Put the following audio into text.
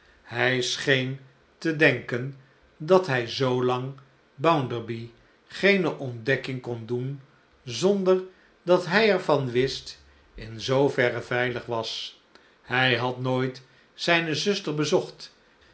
hij scheen te denken dat hij zoolang bounderby geene ontdekking kon doen zonder dat hij er van wist in zooverre veilig was hij had nooit zijne zuster bezocht